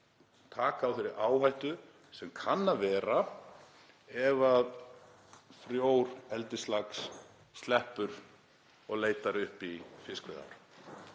taka á þeirri áhættu sem kann að vera ef frjór eldislax sleppur og leitar upp í fiskveiðiár.